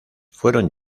fueron